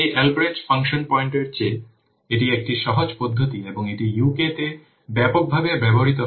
এই Albrecht function পয়েন্টের চেয়ে এটি একটি সহজ পদ্ধতি এবং এটি UK তে ব্যাপকভাবে ব্যবহৃত হয়